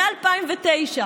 מ-2009,